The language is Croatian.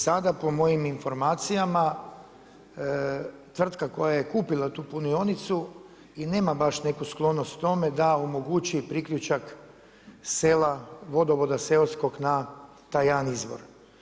Sada po mojim informacijama tvrtka koja je kupila tu punionicu i nema baš neku sklonost tome da omogući priključak sela vodovoda seoskog na taj jedan izvor.